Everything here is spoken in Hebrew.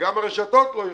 וגם הרשתות לא יוכלו,